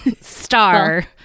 star